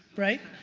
right?